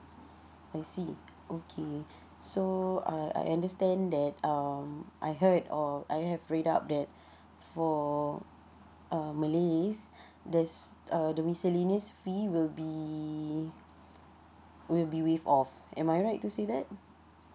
I see okay so uh I understand that um I heard or I have read up that for uh malays there's uh the miscellaneous fee will be will be waived off am I right to say that